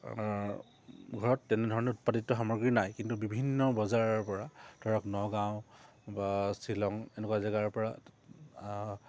ঘৰত তেনেধৰণৰ উৎপাদিত সামগ্ৰী নাই কিন্তু বিভিন্ন বজাৰৰপৰা ধৰক নগাঁও বা শ্বিলং এনেকুৱা জেগাৰপৰা